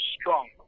strong